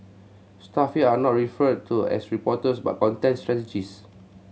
staff there are not referred to as reporters but content strategists